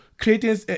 creating